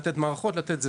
לתת מערכות וכו'.